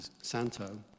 Santo